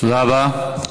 תודה רבה.